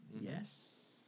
Yes